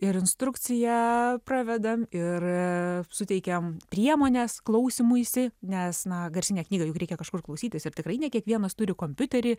ir instrukciją pravedam ir suteikiam priemones klausymuisi nes na garsinę knygą juk reikia kažkur klausytis ir tikrai ne kiekvienas turi kompiuterį